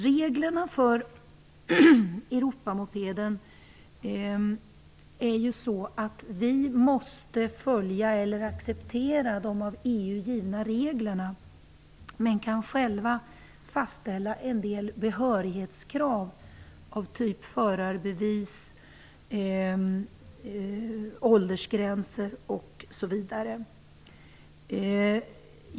Reglerna för Europamopeden är att vi i Sverige måste följa eller acceptera de av EU givna reglerna men kan själva fastställa en del behörighetskrav av typ förarbevis, åldersgränser, osv.